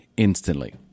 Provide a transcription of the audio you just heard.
Instantly